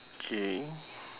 K